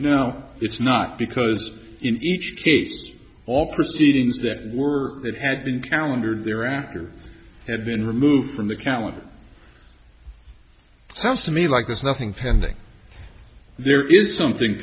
now it's not because in each case all proceedings that were that had been calendar thereafter had been removed from the calendar sounds to me like there's nothing pending there is something